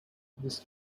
this